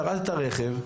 שרטת רכב,